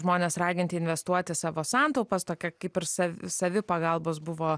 žmonės raginti investuoti savo santaupas tokia kaip ir sav savipagalbos buvo